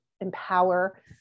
empower